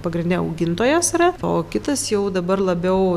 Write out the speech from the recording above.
pagrinde augintojas yra o kitas jau dabar labiau